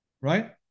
right